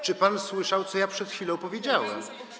Czy pan słyszał, co ja przed chwilą powiedziałem?